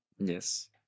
Yes